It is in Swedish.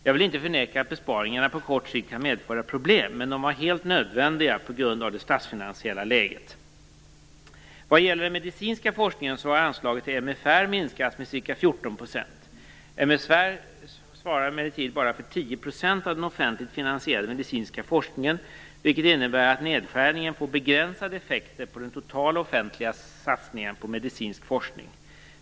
Jag vill inte förneka att besparingarna på kort sikt kan medföra problem, men de var helt nödvändiga på grund av det statsfinansiella läget. Vad gäller den medicinska forskningen har anslaget till MFR minskats med ca 14 %. MFR svarar emellertid för bara 10 % av den offentligt finansierade medicinska forskningen, vilket innebär att nedskärningen får begränsade effekter på den totala offentliga satsningen på medicinsk forskning.